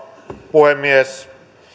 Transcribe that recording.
puhemies